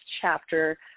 chapter